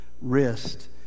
wrist